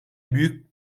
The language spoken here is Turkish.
büyük